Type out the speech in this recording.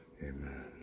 Amen